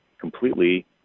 completely